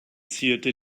zierte